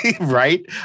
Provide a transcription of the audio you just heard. right